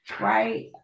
right